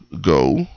go